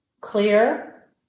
clear